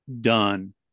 done